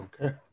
Okay